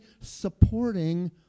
supporting